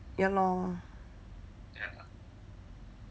ya lor